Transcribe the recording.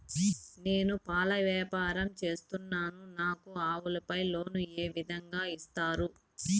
నేను పాల వ్యాపారం సేస్తున్నాను, నాకు ఆవులపై లోను ఏ విధంగా ఇస్తారు